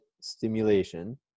stimulation